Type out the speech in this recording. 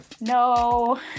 No